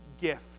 gift